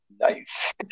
nice